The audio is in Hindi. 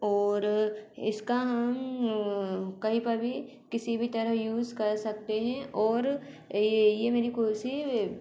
और इस का हम कहीं पर भी किसी भी तरह यूज़ कर सकते हैं और ये ये मेरी कुर्सी